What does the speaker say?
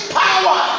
power